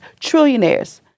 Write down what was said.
trillionaires